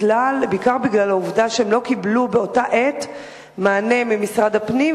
בעיקר בגלל העובדה שהן לא קיבלו באותה עת מענה ממשרד הפנים,